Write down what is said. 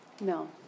No